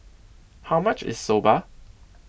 how much is Soba